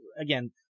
Again